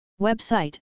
Website